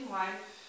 life